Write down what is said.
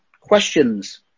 questions